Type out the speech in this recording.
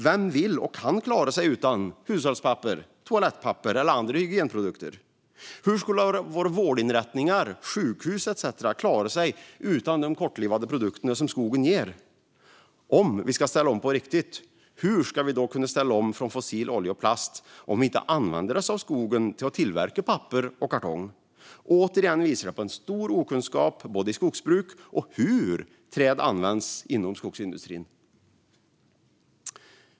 Vem vill och kan klara sig utan toalettpapper, hushållspapper och andra hygienprodukter? Hur skulle våra vårdinrättningar, sjukhus etcetera klara sig utan de kortlivade produkterna som skogen ger? Om vi ska ställa om på riktigt, hur ska vi då kunna ställa om från fossil olja och plast om vi inte använder skogen till att tillverka papper och kartong? Återigen visar detta på en stor okunskap om både skogsbruk och hur träd används i skogsindustrin.